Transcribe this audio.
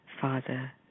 father